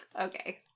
Okay